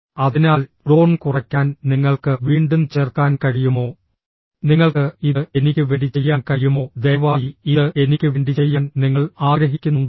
അതിനാൽ ടോൺ കുറയ്ക്കാൻ നിങ്ങൾക്ക് വീണ്ടും ചേർക്കാൻ കഴിയുമോ നിങ്ങൾക്ക് ഇത് എനിക്ക് വേണ്ടി ചെയ്യാൻ കഴിയുമോ ദയവായി ഇത് എനിക്ക് വേണ്ടി ചെയ്യാൻ നിങ്ങൾ ആഗ്രഹിക്കുന്നുണ്ടോ